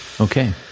okay